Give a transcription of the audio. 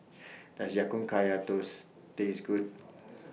Does Ya Kun Kaya Toast Taste Good